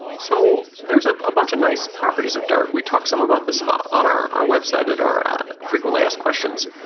so there's a ah lot of nice properties of dart, we talk some about this ah on our our website at our frequently asked questions.